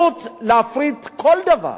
להפריט כל דבר,